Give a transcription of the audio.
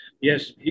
yes